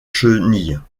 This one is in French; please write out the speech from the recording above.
chenilles